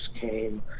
came